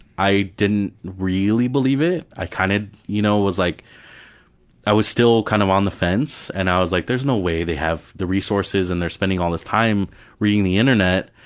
i didn't really believe it. i kind of you know was like i was still kind of on the fence. and i was like, there's no way they have the resources and spending all this time reading the internet.